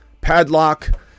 padlock